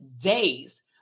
days